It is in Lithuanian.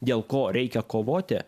dėl ko reikia kovoti